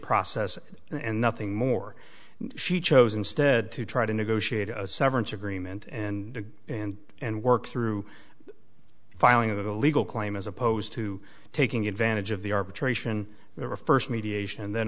process and nothing more she chose instead to try to negotiate a severance agreement and and and work through filing a legal claim as opposed to taking advantage of the arbitration or first mediation